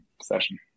session